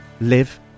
live